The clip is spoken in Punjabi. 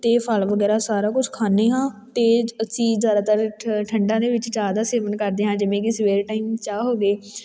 ਅਤੇ ਫਲ ਵਗੈਰਾ ਸਾਰਾ ਕੁਛ ਖਾਂਦੇ ਹਾਂ ਅਤੇ ਅਸੀਂ ਜ਼ਿਆਦਾਤਰ ਠ ਠੰਡਾਂ ਦੇ ਵਿੱਚ ਚਾਹ ਦਾ ਸੇਵਨ ਕਰਦੇ ਹਾਂ ਜਿਵੇਂ ਕਿ ਸਵੇਰੇ ਟਾਈਮ ਚਾਹ ਹੋ ਗਈ